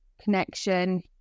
connection